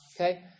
Okay